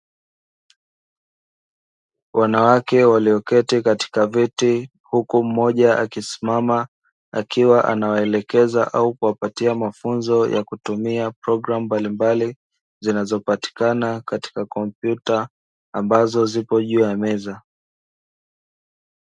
Wanawake walioketi katika viti, huku mmoja akisimama akiwa anawaelekeza au kuwapatia mafunzo ya kutumia programu mbalimbali zinazo patikana katika kompyuta, ambazo zipo juu ya meza.